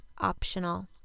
optional